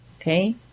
Okay